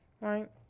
right